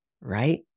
Right